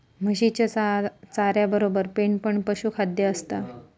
म्हशीच्या चाऱ्यातबरोबर पेंड पण पशुखाद्य असता